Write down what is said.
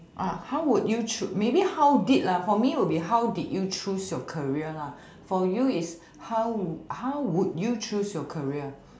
uh how would you choose maybe how did lah for me would be how did you choose your career lah for you is how w~ how would your choose your career